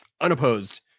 unopposed